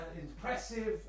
impressive